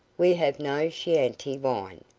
we have no chianti wine.